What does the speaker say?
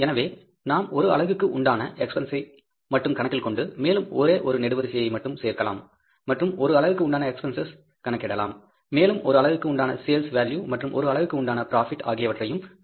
எனவே நாம் ஒரு அலகுக்கு உண்டான எக்ஸ்பென்ஸஸ் ஐ மட்டும்கணக்கில் கொண்டு மேலும் ஒரே ஒரு நெடுவரிசையை மட்டும் சேர்க்கலாம் மற்றும் ஒரு அலகுக்கு உண்டான எக்ஸ்பென்ஸஸ் ஐ கணக்கிடலாம் மேலும் ஒரு அலகுக்கு உண்டான சேல்ஸ் வேல்யூ மற்றும் ஒரு அலகுக்கு உண்டான ப்ராபிட் ஆகியவற்றையும் கணக்கிடலாம்